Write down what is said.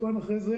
שבועיים אחרי זה.